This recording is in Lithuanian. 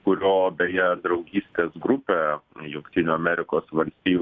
kurio beje draugystės grupė jungtinių amerikos valstijų